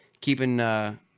Keeping